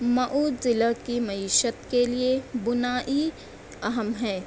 مئو ضلع کی معیشت کے لیے بُنائی اہم ہے